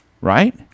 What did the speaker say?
Right